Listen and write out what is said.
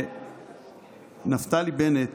נפתלי בנט